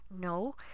no